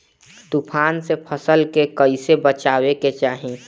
तुफान से फसल के कइसे बचावे के चाहीं?